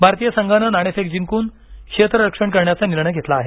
भारतीय संघानं नाणेफेक जिंकून क्षेत्ररक्षण करण्याचा निर्णय घेतला आहे